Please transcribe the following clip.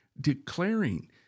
declaring